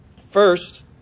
First